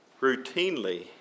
routinely